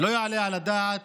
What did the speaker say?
לא יעלה על הדעת